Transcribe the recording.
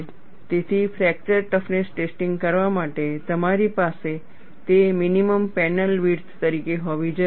તેથી fracture toughness testing કરવા માટે તમારી પાસે તે મિનિમમ પેનલ વિડથ તરીકે હોવી જરૂરી છે